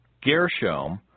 Gershom